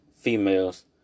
females